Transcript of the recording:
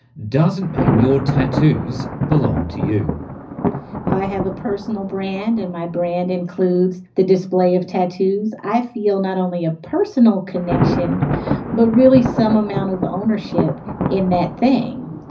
doesn't mean your tattoos belong to you. if i have a personal brand and my brand includes the display of tattoos, i feel not only a personal connection but really some amount of ownership in that thing.